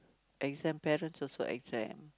exams parents also exam